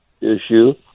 issue